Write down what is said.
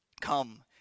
Come